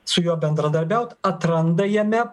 su juo bendradarbiaut atranda jame